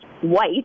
white